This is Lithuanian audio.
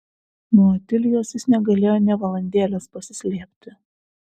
nuo otilijos jis negalėjo nė valandėlės pasislėpti